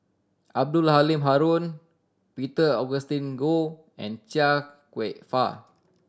Abdul Halim Haron Peter Augustine Goh and Chia Kwek Fah